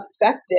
effective